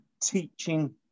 teaching